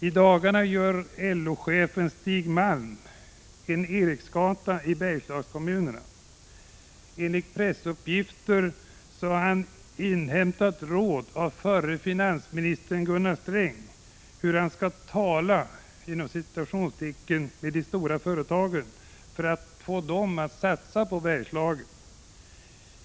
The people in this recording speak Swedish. I dagarna gör LO-chefen Stig Malm en ”eriksgata” i Bergslagskommunerna. Enligt pressuppgifter har han inhämtat råd av förre finansministern Gunnar Sträng om hur han skall ”tala” med de stora företagen för att få dem att satsa på Bergslagen.